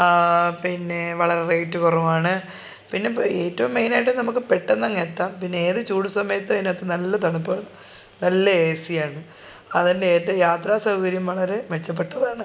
പിന്നെ വളരെ റേറ്റ് കുറവാണ് പിന്നെ ഏറ്റവും മെയിനായിട്ട് നമ്മൾക്ക് പെട്ടെന്ന് അങ്ങ് എത്താം പിന്നെ ഏത് ചൂട് സമയത്ത് ഇതിൻ്റെ അകത്ത് നല്ല തണുപ്പാണ് നല്ല എ സി ആണ് അതിൻ്റെ ഏറ്റവും യാത്രാ സൗകര്യം വളരെ മെച്ചപ്പെട്ടതാണ്